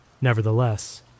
Nevertheless